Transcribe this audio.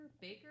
baker